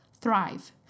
thrive